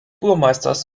burmeisters